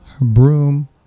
broom